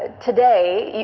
today,